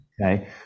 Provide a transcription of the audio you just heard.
Okay